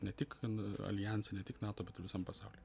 ne tik ten aljanse ne tik nato visam pasauly